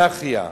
אנרכיה.